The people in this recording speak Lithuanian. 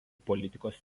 politikos